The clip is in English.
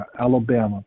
Alabama